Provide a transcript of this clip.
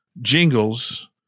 jingles